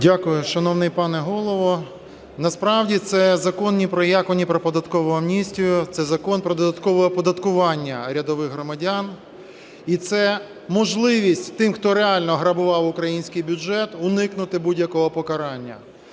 Дякую, шановний пане голово. Насправді це закон ні про яку податкову амністію, це закон про додаткове оподаткування рядових громадян, і це можливість тим, хто реально грабував український бюджет, уникнути будь-якого покарання.